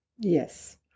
Yes